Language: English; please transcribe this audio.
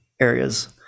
areas